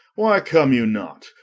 why come you not?